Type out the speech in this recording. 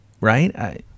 right